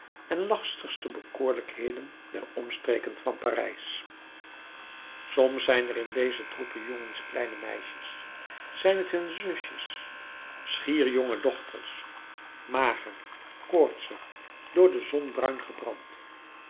en lastigste bekoorlijkheden der omstreken van parijs soms zijn er in deze troepen jongens kleine meisjes zijn t hun zusjes schier jongedochters mager koortsig door de zon bruin gebrand